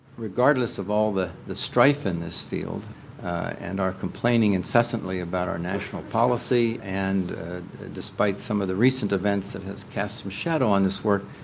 regardless of all the the strife in this field and our complaining incessantly about our national policy and despite some of the recent events that has cast some shadow on this work,